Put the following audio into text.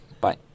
bye